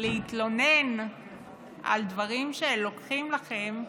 להתלונן על דברים שלוקחים לכם,